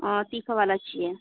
और तीखा वाला चाहिए